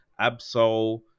absol